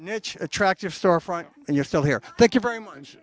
niche attractive storefront and you're still here thank you very much